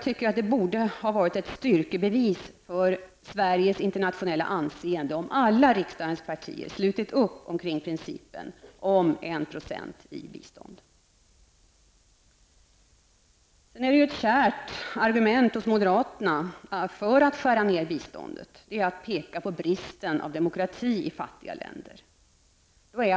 Det skulle ha varit ett styrkebevis för Sveriges internationella anseende om alla riksdagens partier slutit upp bakom principen om en procent i bistånd. Ett kärt argument hos moderaterna för att skära ner vårt bistånd är bristen på demokrati i fattiga länder.